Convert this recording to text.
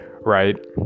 Right